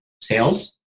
sales